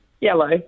Yellow